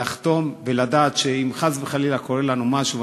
לחתום ולדעת שאם וחלילה קורה לנו משהו,